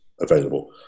available